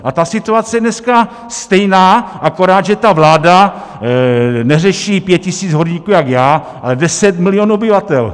A ta situace je dneska stejná, akorát že ta vláda neřeší 5 tisíc horníků jak já, ale 10 milionů obyvatel.